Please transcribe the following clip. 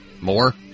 more